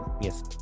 Yes